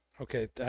Okay